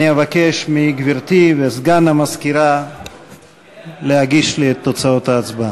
ואני אבקש מגברתי ומסגן המזכירה להגיש לי את תוצאות ההצבעה.